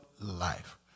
life